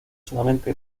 solamente